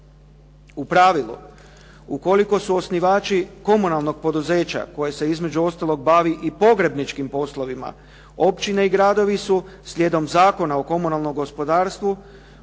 U pravilu, ukoliko su osnivači komunalnog poduzeća koje se između ostaloga bavi i pogrebničkim poslovima, općine i gradovi su slijedom Zakona o komunalnom gospodarstvu